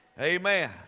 amen